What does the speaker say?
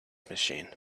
machine